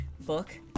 book